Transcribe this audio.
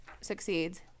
succeeds